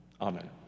Amen